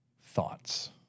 Thoughts